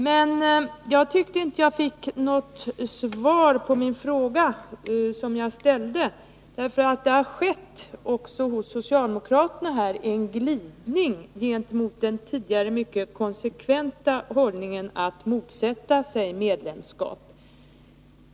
Men jag tyckte inte att jag fick något svar på den fråga som jag ställde. Det har nämligen också hos socialdemokraterna skett en glidning jämfört med den tidigare mycket konsekventa hållningen att motsätta sig medlemskap.